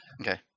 Okay